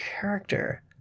character